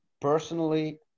personally